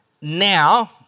now